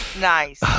nice